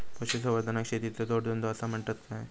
पशुसंवर्धनाक शेतीचो जोडधंदो आसा म्हणतत काय?